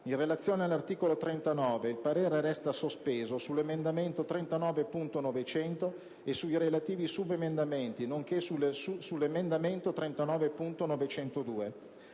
In relazione all'articolo 39, il parere resta sospeso sull'emendamento 39.900 e sui relativi subemendamenti, nonché sull'emendamento 39.902.